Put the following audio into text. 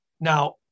Now